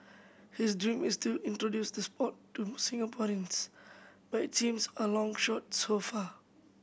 his dream is to introduce the sport to Singaporeans but it seems a long shot so far